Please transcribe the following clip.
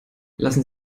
lassen